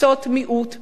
במקרים מסוימים,